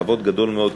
בכבוד גדול מאוד,